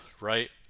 right